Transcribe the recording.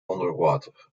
onderwater